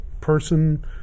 person